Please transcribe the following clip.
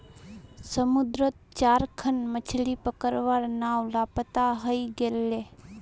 समुद्रत चार खन मछ्ली पकड़वार नाव लापता हई गेले